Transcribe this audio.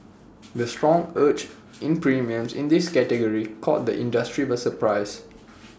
the strong surge in premiums in this category caught the industry by surprise